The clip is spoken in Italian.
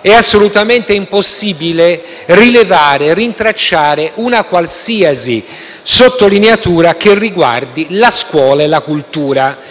è assolutamente impossibile rintracciare una qualsiasi sottolineatura che riguardi la scuola e la cultura. E